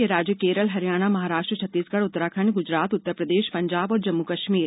ये राज्य हैं केरल हरियाणा महाराष्ट्र छत्तीसगढ़ उत्तराखंड गुजरात उत्तर प्रदेश पंजाब और जम्मू कश्मीर